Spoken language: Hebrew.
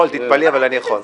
תתפלאי, אבל אני יכול.